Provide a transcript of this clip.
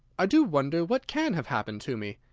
i do wonder what can have happened to me!